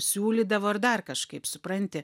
siūlydavo ar dar kažkaip supranti